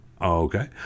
okay